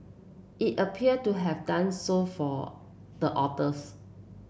it appear to have done so for the authors